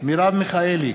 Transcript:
מרב מיכאלי,